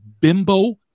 bimbo